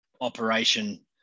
operation